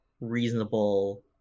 reasonable